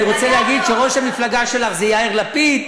אני רוצה להגיד שראש המפלגה שלך זה יאיר לפיד,